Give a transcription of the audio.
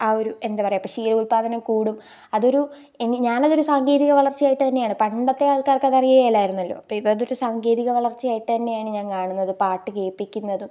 ആ ഒരു എന്താണ് പറയുക ഇപ്പം ക്ഷീരോല്പാദനം കൂടും അതൊരു ഞാൻ അതൊരു സാങ്കേതിക വളര്ച്ചയായിട്ട് തന്നെയാണ് പണ്ടത്തെ ആള്ക്കാര്ക്ക് അത് അറിയില്ലായിരുന്നല്ലോ ഇപ്പം അതൊരു സാങ്കേതിക വളര്ച്ചയായിട്ട് തന്നെയാണ് ഞാന് കാണുന്നത് പാട്ട് കേൾപ്പിക്കുന്നതും